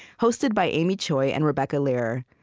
hosted by amy choi and rebecca lehrer.